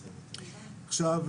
עכשיו,